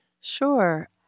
Sure